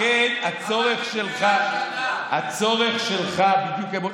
לכן הצורך שלך, מה קרה עד עכשיו?